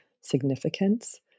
significance